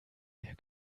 der